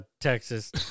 Texas